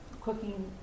cooking